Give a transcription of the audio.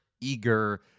Eager